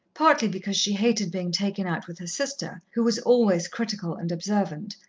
partly because she hated being taken out with her sister, who was always critical and observant,